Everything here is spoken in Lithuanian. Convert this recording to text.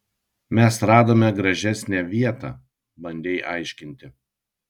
mes radome gražesnę vietą bandei aiškinti